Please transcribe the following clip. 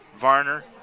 Varner